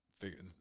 figured